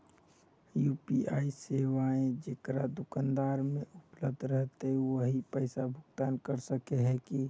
UPI सेवाएं जेकरा दुकान में उपलब्ध रहते वही पैसा भुगतान कर सके है की?